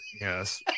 Yes